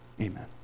Amen